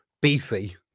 beefy